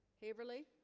haverly